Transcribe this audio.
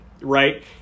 Right